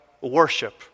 worship